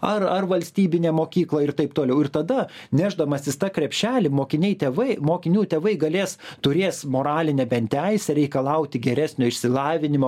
ar ar valstybinę mokyklą ir taip toliau ir tada nešdamasis tą krepšelį mokiniai tėvai mokinių tėvai galės turės moralinę teisę reikalauti geresnio išsilavinimo